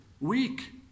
weak